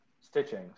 stitching